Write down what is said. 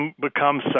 become